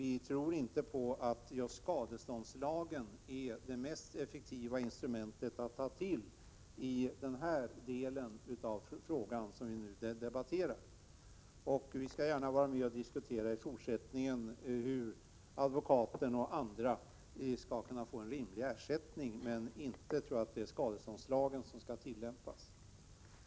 Vi tror inte att just skadeståndslagen är det mest effektiva instrumentet att ta till i den del av frågan som vi nu debatterar. Vi skall gärna i fortsättningen vara med och diskutera hur advokaten och andra skall kunna få rimlig ersättning, men jag tror inte att det är skadeståndslagen som skall tillämpas.